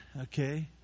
Okay